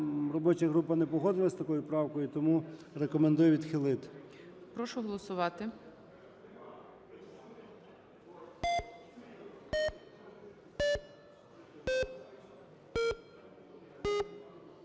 робоча група не погодилась з такою правою і тому рекомендує відхилити.